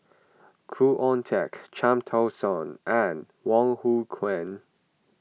Khoo Oon Teik Cham Tao Soon and Wong Hong